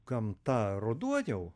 gamta ruduo jau